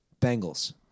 Bengals